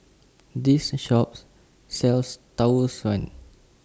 This Shop sells Tau Suan